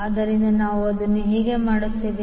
ಆದ್ದರಿಂದ ನಾವು ಅದನ್ನು ಹೇಗೆ ಮಾಡುತ್ತೇವೆ